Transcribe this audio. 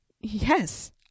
Yes